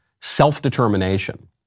self-determination